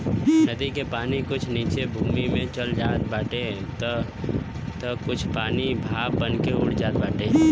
नदी के पानी कुछ नीचे भूमि में चल जात बाटे तअ कुछ पानी भाप बनके उड़ जात बाटे